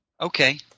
Okay